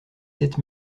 sept